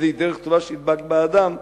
איזוהי דרך טובה שידבק בה האדם,